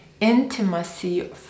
intimacy